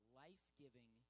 life-giving